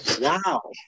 Wow